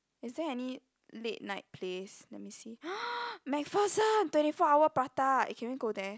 is there any late night place let me see MacPherson twenty four hour prata eh can we go there